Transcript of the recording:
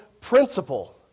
principle